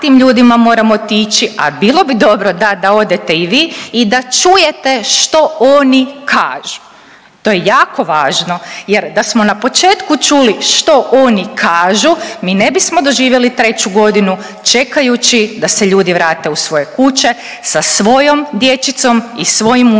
a bilo bi dobro da, da odete i vi i da čujete što oni kažu. To je jako važno jer da smo na početku čuli što oni kažu mi ne bismo doživjeli treću godinu čekajući da se ljudi vrate u svoje kuće sa svojom dječicom i svojim unučićima